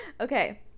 okay